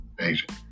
agent